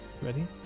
Ready